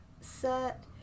set